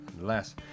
less